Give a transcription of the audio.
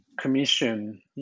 commission